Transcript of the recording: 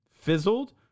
fizzled